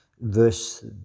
Verse